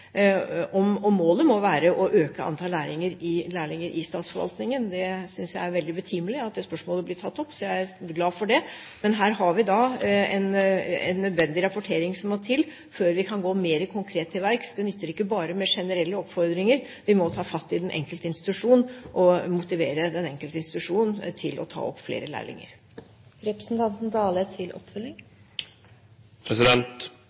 Målet må være å øke antall lærlinger i statsforvaltningen. Jeg synes det er veldig betimelig at det spørsmålet blir tatt opp, jeg er glad for det – men her har vi en nødvendig rapportering som må til før vi kan gå mer konkret til verks. Det nytter ikke bare med generelle oppfordringer. Vi må ta fatt i den enkelte institusjon og motivere den enkelte institusjon til å ta opp flere lærlinger.